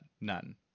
None